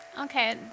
okay